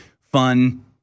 fun